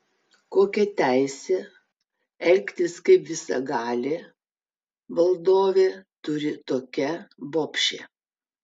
kokią teisę elgtis kaip visagalė valdovė turi tokia bobšė